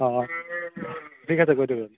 অঁ অঁ ঠিক আছে কৰি দিয়ক জল্দি